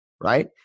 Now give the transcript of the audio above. Right